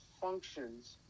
functions